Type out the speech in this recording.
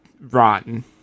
rotten